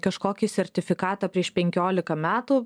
kažkokį sertifikatą prieš penkiolika metų